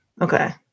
Okay